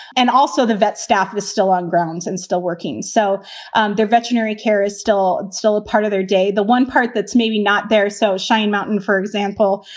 and also the vet staff is still on grounds and still working. so their veterinary care is still still a part of their day, the one part that's maybe not there. so shining mountain, for example,